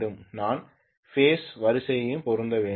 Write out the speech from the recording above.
நான் பேஸ் வரிசையையும் பொருத்த வேண்டும்